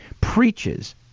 preaches